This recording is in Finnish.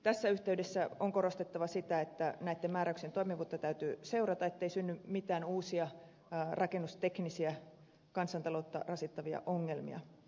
tässä yhteydessä on korostettava sitä että näitten määräyksien toimivuutta täytyy seurata ettei synny mitään uusia rakennusteknisiä kansantaloutta rasittavia ongelmia